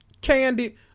Candy